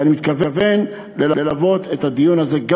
ואני מתכוון ללוות את הדיון הזה גם